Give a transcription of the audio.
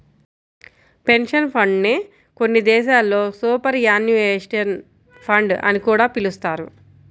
pension fund నే కొన్ని దేశాల్లో సూపర్ యాన్యుయేషన్ ఫండ్ అని కూడా పిలుస్తారు